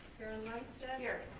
lundstedt. here.